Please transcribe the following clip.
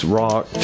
rock